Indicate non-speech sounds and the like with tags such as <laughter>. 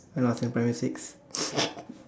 when I was in primary six <laughs>